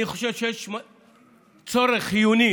אני חושב שיש צורך חיוני